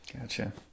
Gotcha